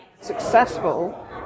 successful